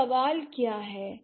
तो सवाल क्या हैं